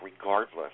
regardless